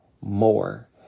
more